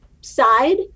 side